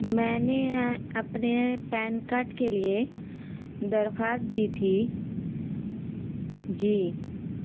میں نے اپنے پین کارڈ کے لیے درخواست دی تھی جی